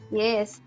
yes